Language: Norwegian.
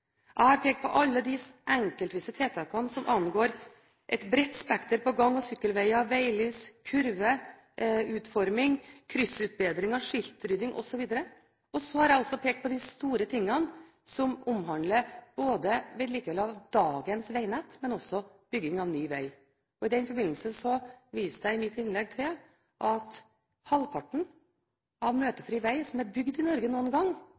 Jeg har pekt på alle de enkeltvise tiltakene som angår et bredt spekter – gang- og sykkelveger, veglys, kurver, utforming, kryssutbedringer, skiltrydding osv. Og så har jeg ikke bare pekt på de store tingene som omhandler vedlikehold av dagens vegnett, men også på bygging av ny veg. I den forbindelse viste jeg i mitt innlegg til at halvparten av all møtefri veg som er bygd i Norge noen gang,